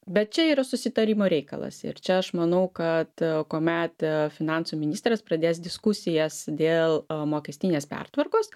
bet čia yra susitarimo reikalas ir čia aš manau kad kuomet finansų ministras pradės diskusijas dėl mokestinės pertvarkos